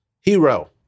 Hero